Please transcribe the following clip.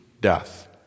death